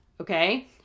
Okay